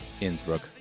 innsbruck